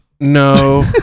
No